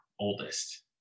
oldest